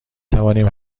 توانیم